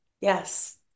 yes